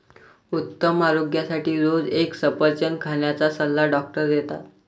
उत्तम आरोग्यासाठी रोज एक सफरचंद खाण्याचा सल्ला डॉक्टर देतात